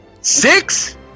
six